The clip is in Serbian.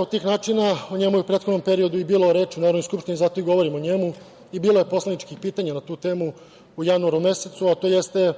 od tih načina, o njemu je u prethodnom periodu i bilo reči u Narodnoj skupštini, zato i govorim o njemu, bilo je poslaničkih pitanja na tu temu u januaru mesecu, a to jeste